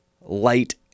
light